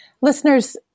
listeners